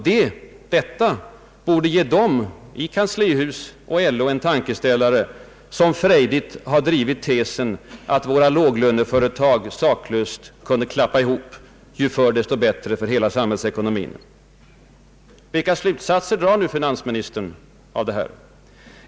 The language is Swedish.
Detta borde ge dem i kanslihus och LO en tankeställare, som frejdigt har drivit tesen att våra låglöneföretag saklöst kunde få »klappa ihop», ju förr desto bättre för hela samhällsekonomin. Vilka slutsatser drar nu finansministern av detta?